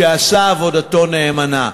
שעשה עבודתו נאמנה.